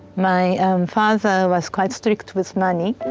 my father was quite strict with money.